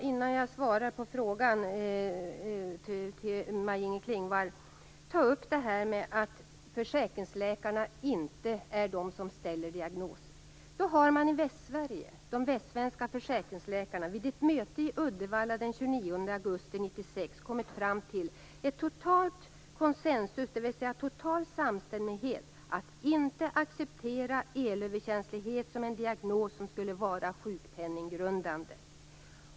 Innan jag svarar på frågan från Maj-Inger Klingvall vill jag ta upp den fråga som handlar om att försäkringsläkarna inte är de som ställer diagnoser. Då har de västsvenska försäkringsläkarna vid ett möte i Uddevalla den 29 augusti 1996 kommit fram till total konsensus, dvs. total samstämmighet, att inte acceptera elöverkänslighet som en diagnos som skulle vara sjukpenninggrundande.